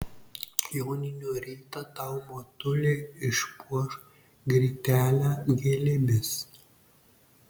joninių rytą tau motulė išpuoš grytelę gėlėmis